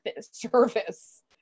service